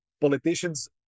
politicians